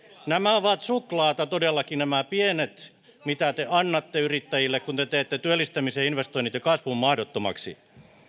nämä ovat suklaata todellakin nämä pienet mitä te annatte yrittäjille kun te teette työllistämisen investoinnit ja kasvun mahdottomaksi